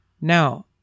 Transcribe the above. Now